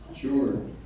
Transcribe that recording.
Sure